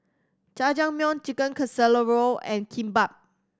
Jajangmyeon Chicken Casserole and Kimbap